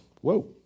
Whoa